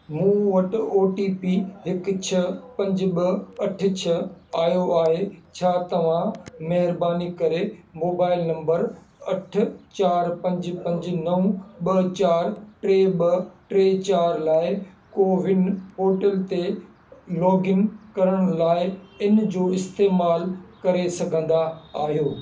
मूं वटि O T P हिकु छह पंज ॿ अठ छह आयो आहे छा तव्हां महिरबानी करे मोबाइल नंबर अठ चारि पंज पंज नव ॿ चारि टे ॿ टे चारि लाइ कोविन पोर्टल ते लॉगइन करण लाइ इन जो इस्तेमालु करे सघंदा आहियो